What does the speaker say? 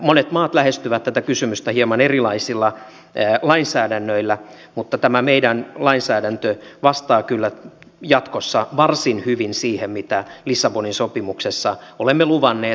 monet maat lähestyvät tätä kysymystä hieman erilaisilla lainsäädännöillä mutta tämä meidän lainsäädäntö vastaa kyllä jatkossa varsin hyvin siihen mitä lissabonin sopimuksessa olemme luvanneet